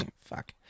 fuck